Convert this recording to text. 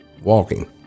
walking